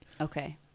okay